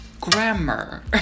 Grammar